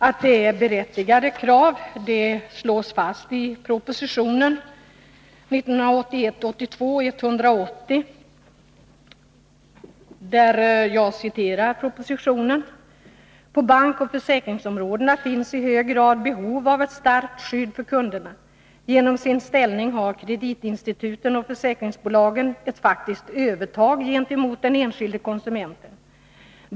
Att detta är berättigade krav slås fast i proposition 1981/82:180, där bl.a. följande uttalas: ”På bankoch försäkringsområdena finns i hög grad behov av ett starkt skydd för kunderna. Genom sin ställning har kreditinstituten och försäkringsbolagen ett faktiskt övertag gentemot den enskilde konsumenten.